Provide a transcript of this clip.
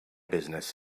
business